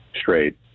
straight